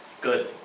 good